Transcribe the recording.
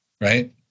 right